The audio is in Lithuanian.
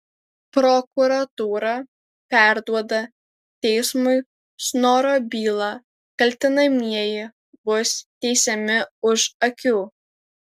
prokuratūra perduoda teismui snoro bylą kaltinamieji bus teisiami už akių